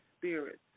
spirits